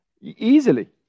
Easily